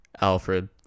Alfred